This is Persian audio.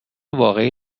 واقعی